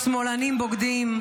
"שמאלנים בוגדים",